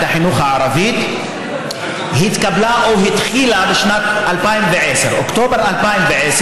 החינוך הערבית התקבלה או התחילה בשנת 2010. אוקטובר 2010,